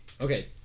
Okay